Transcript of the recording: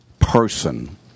person